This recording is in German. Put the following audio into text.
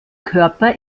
körper